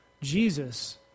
Jesus